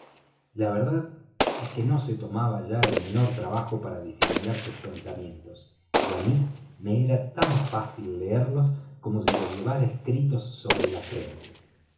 la verdad es que no se tomaba ya el menor trabajo para disimular sus pensamientos y á mí me era tan fácil leerlos como si los llevara escritos sobre la frente